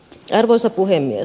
arvoisa puhemies